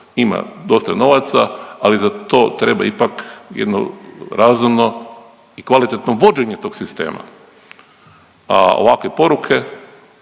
ima dosta novaca ali za to treba ipak jedno razumno i kvalitetno vođenje tog sistema, a ovakve poruke